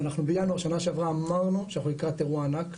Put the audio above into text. אנחנו בינואר שנה שעברה אמרנו שאנחנו לקראת אירוע ענק,